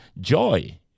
joy